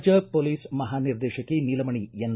ರಾಜ್ಯ ಪೊಲೀಸ್ ಮಹಾನಿರ್ದೇಶಕಿ ನೀಲಮಣಿ ಎನ್